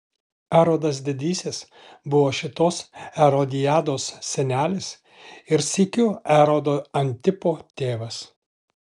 erodas didysis buvo šitos erodiados senelis ir sykiu erodo antipo tėvas